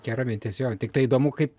gera mintis jo tiktai įdomu kaip